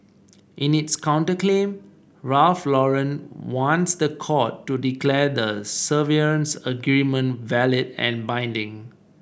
in its counterclaim Ralph Lauren wants the court to declare the severance agreement valid and binding